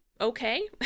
Okay